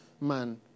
man